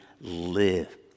live